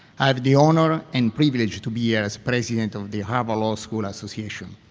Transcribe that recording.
i have the honor and privilege to be here as president of the harvard law school association,